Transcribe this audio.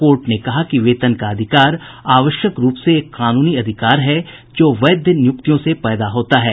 court ने कहा कि वेतन का अधिकार आवश्यक रूप से एक कानूनी अधिकार है जो वैध नियुक्तियों से पैदा होता है